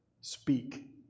speak